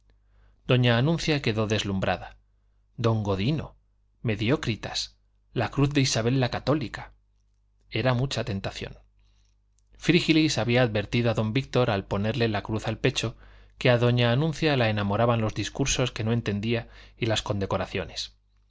doña anuncia quedó deslumbrada don godino mediocritas la cruz de isabel la católica era mucha tentación frígilis había advertido a don víctor al ponerle la cruz al pecho que a doña anuncia la enamoraban los discursos que no entendía y las condecoraciones